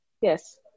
Yes